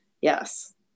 yes